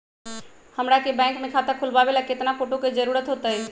हमरा के बैंक में खाता खोलबाबे ला केतना फोटो के जरूरत होतई?